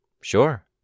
Sure